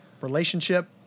relationship